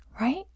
right